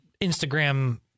Instagram